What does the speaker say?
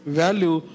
value